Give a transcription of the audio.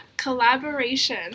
Collaboration